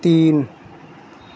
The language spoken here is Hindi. तीन